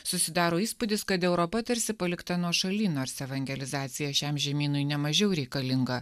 susidaro įspūdis kad europa tarsi palikta nuošaly nors evangelizacija šiam žemynui nemažiau reikalinga